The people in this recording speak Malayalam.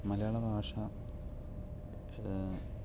മലയാള ഭാഷ